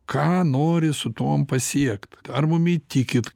ką nori su tuom pasiekt ar mum įtikit